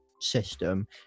system